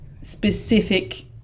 specific